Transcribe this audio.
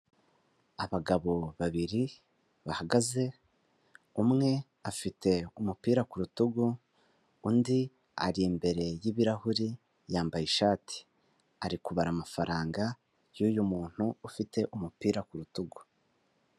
Abagabo babiri bahagaze, umwe afite umupira ku rutugu undi ari imbere y'ibirahuri ,yambaye ishati. Ari kubara amafaranga yuyu muntu ufite umupira ku rutugu.